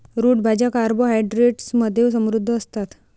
route भाज्या carbohydrates मध्ये समृद्ध असतात